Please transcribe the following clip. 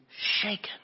shaken